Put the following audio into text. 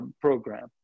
program